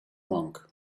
monk